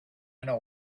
know